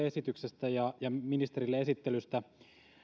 esityksestä ja ja ministerille esittelystä